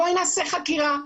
בואי נעשה חקירה.